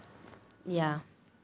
ya